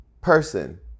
person